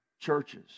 Churches